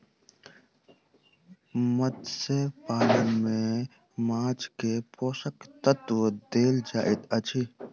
मत्स्य पालन में माँछ के पोषक तत्व देल जाइत अछि